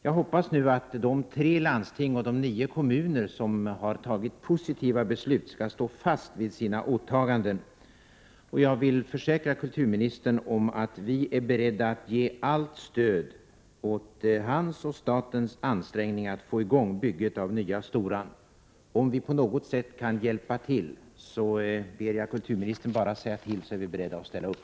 Jag hoppas nu att de tre landsting och de nio kommuner som har fattat positiva beslut skall stå fast vid sina åtaganden, och jag vill försäkra kulturministern om att vi är beredda att ge allt stöd åt hans och statens ansträngningar att få i gång bygget av nya Storan. Om vi på något sätt kan hjälpa till, ber jag kulturministern att bara säga till. Vi är beredda att ställa upp.